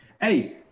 Hey